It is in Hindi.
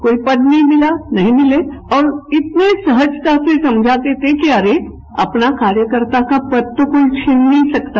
कोई पद नहीं मिला नहीं मिले और इतने सहजता से समझाते थे कि अरे अपना कार्यकर्ता का पद तो कोई छिनने नहीं सकता